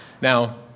Now